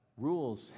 rules